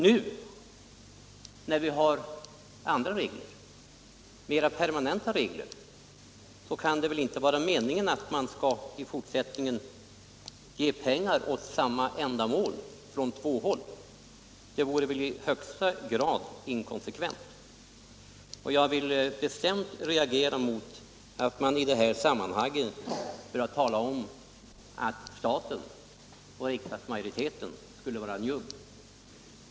Nu får vi mera permanenta regler. Vi kan då inte i fortsättningen ge pengar till samma ändamål från två håll — det vore i högsta grad inkonsekvent. Jag reagerar bestämt mot att man i detta sammanhang talar om staten eller riksdagsmajoriteten som njugg.